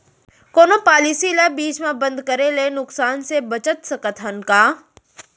कोनो पॉलिसी ला बीच मा बंद करे ले नुकसान से बचत सकत हन का?